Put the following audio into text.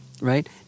right